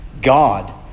God